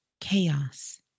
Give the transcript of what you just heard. chaos